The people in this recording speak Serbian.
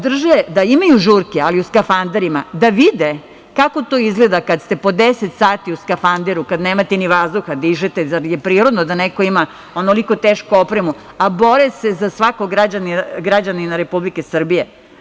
Da imaju žurke, ali u skafanderima, da vide kako to izgleda kada ste pod 10 sati u skafanderu, kad nemate vazduha da dišete, zar je prirodno da neko ima onoliko tešku opremu, a bore se za svakog građanina Republike Srbije.